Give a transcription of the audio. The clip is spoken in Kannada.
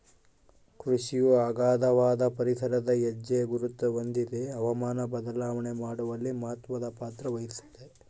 ಕೃಷಿಯು ಅಗಾಧವಾದ ಪರಿಸರದ ಹೆಜ್ಜೆಗುರುತ ಹೊಂದಿದೆ ಹವಾಮಾನ ಬದಲಾವಣೆ ಮಾಡುವಲ್ಲಿ ಮಹತ್ವದ ಪಾತ್ರವಹಿಸೆತೆ